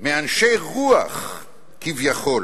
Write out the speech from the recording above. מאנשי רוח כביכול